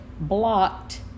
blocked